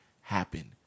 happen